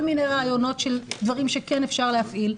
כל מיני רעיונות של דברים שכן אפשר להפעיל,